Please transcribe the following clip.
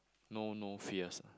no no fears ah